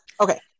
Okay